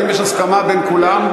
האם יש הסכמה בין כולם?